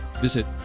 visit